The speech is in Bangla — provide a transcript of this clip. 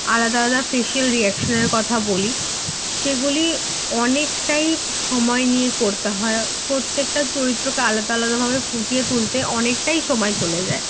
আলাদা আলাদা ফেশিয়াল রিঅ্যাকশনের কথা বলি সেগুলি অনেকটাই সময় নিয়ে করতে হয় প্রত্যেকটা চরিত্রকে আলাদা আলাদাভাবে ফুটিয়ে তুলতে অনেকটাই সময় চলে যায়